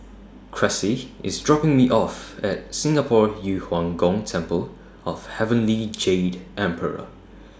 Cressie IS dropping Me off At Singapore Yu Huang Gong Temple of Heavenly Jade Emperor